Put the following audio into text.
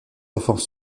enfants